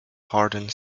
hardened